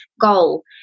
goal